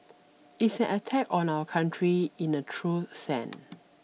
it's an attack on our country in a true send